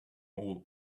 old